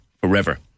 forever